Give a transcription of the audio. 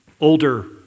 older